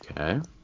Okay